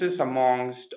amongst